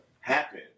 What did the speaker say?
happen